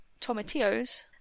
tomatillos